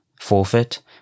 forfeit